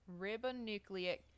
ribonucleic